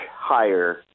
higher